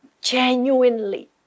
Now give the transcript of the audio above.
genuinely